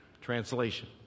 Translation